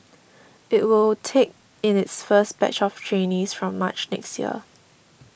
it will take in its first batch of trainees from March next year